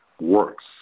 works